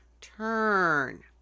turn